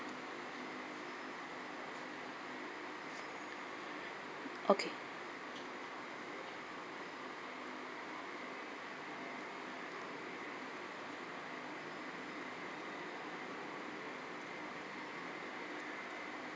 okay